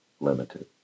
limited